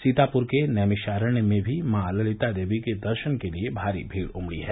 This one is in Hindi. सीतापुर के नैमिषारण्य में भी माँ ललिता देवी के दर्शन के लिए भारी भीड उमडी है